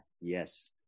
Yes